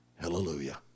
Hallelujah